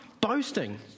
boasting